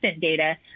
data